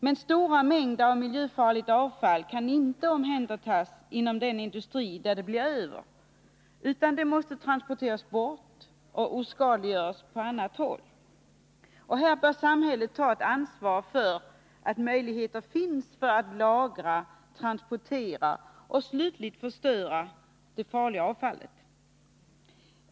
Men stora mängder miljöfarligt avfall kan inte omhändertas inom den industri där de blir över utan måste transporteras bort och oskadliggöras på annat håll. Här bör samhället ta ett ansvar för att möjligheter finns att lagra, transportera och slutligt förstöra det farliga avfallet.